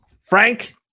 Frank